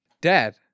Dad